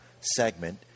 segment